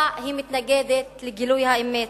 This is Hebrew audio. היא אמרה פה משהו חדש?